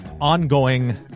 ongoing